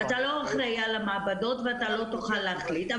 אתה לא אחראי על המעבדות ואתה לא תוכל להחליט,